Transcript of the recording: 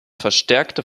verstärkte